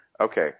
okay